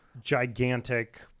gigantic